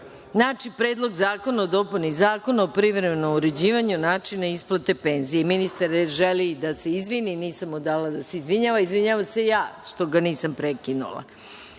na Predlog zakona o dopuni Zakona o privremenom uređivanju načina isplate penzija. Ministar želi da se izvini. Nisam mu dala da se izvinjava. Izvinjavam se ja što ga nisam prekinula. Pošto